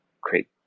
create